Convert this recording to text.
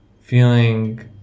feeling